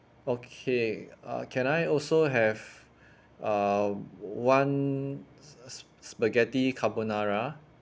okay uh can I also have uh one spaghetti carbonara